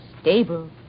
stable